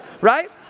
right